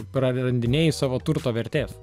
prarandinėji savo turto vertės